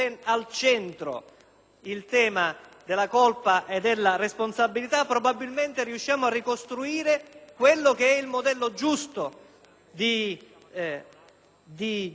il tema della colpa e della responsabilità, probabilmente riusciamo a ricostruire il modello giusto di amministrazione